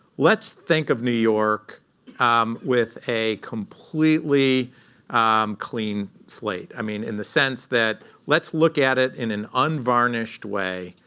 let's think of new york with a completely clean slate, i mean in the sense that let's look at it in an unvarnished way.